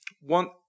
one